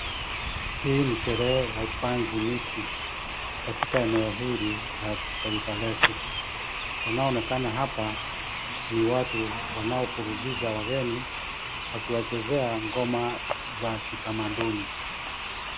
Hii ni sherehe ya upanzi miti katika eneo hili la taifa letu. Wanaoonekana hapa ni watu wanaoburudisha wageni wakiwachezea ngoma za kitamaduni.